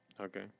Okay